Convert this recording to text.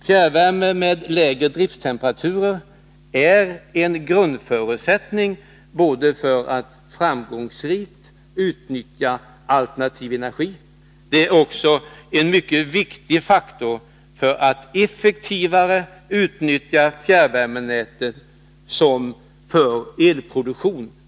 Fjärrvärme med lägre driftstemperaturer är en grundförutsättning för att framgångsrikt utnyttja alternativ energi, och det är också en mycket viktig faktor för att effektivare utnyttja fjärrvärmenätet för elproduktion.